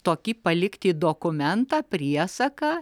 tokį palikti dokumentą priesaką